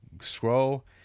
scroll